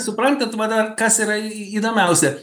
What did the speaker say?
suprantat va dar kas yra įdomiausia